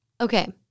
Okay